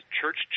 Church